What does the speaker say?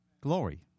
Glory